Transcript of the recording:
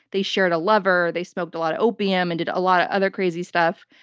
they shared a lover. they smoked a lot of opium and did a lot of other crazy stuff.